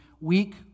weak